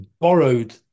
borrowed